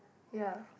ya